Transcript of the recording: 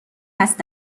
است